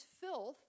filth